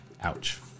Ouch